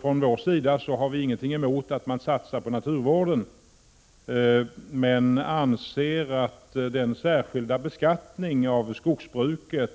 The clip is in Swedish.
Från vår sida har vi ingenting emot att man satsar på naturvården, men vi anser att den särskilda beskattning av skogsbruket